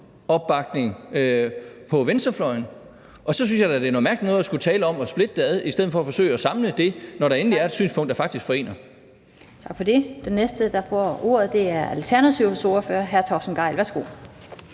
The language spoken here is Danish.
opbakning på venstrefløjen, og så synes jeg da, det er noget mærkelig noget at skulle tale om at splitte det ad i stedet for at forsøge at samle det, når der endelig er et synspunkt, der faktisk forener. Kl. 14:03 Den fg. formand (Annette Lind): Tak for det. Den næste, der får ordet, er Alternativets ordfører, hr. Torsten Gejl. Værsgo.